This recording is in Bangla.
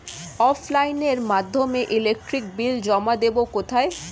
অফলাইনে এর মাধ্যমে ইলেকট্রিক বিল জমা দেবো কোথায়?